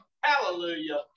Hallelujah